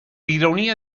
ironia